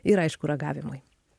ir aiškuragavimui